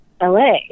LA